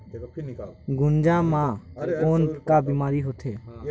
गुनजा मा कौन का बीमारी होथे?